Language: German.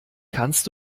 kannst